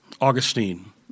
Augustine